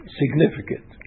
significant